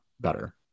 better